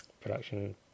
production